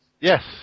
Yes